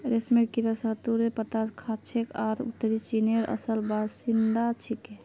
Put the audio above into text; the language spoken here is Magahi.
रेशमेर कीड़ा शहतूतेर पत्ता खाछेक आर उत्तरी चीनेर असल बाशिंदा छिके